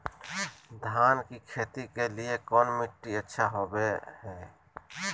धान की खेती के लिए कौन मिट्टी अच्छा होबो है?